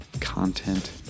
content